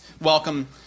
welcome